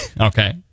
okay